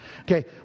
Okay